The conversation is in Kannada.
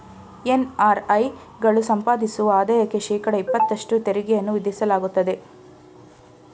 ಎನ್.ಅರ್.ಐ ಗಳು ಸಂಪಾದಿಸುವ ಆದಾಯಕ್ಕೆ ಶೇಕಡ ಇಪತ್ತಷ್ಟು ತೆರಿಗೆಯನ್ನು ವಿಧಿಸಲಾಗುತ್ತದೆ